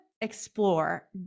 explore